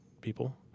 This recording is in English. people